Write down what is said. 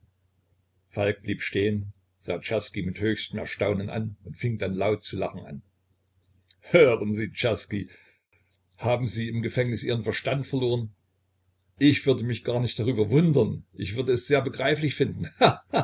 blieb stehen sah czerski mit höchstem erstaunen an und fing dann an laut zu lachen hören sie czerski haben sie im gefängnis ihren verstand verloren ich würde mich gar nicht darüber wundern ich würde es sehr begreiflich finden